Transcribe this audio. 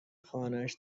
خانهاش